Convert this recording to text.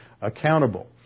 accountable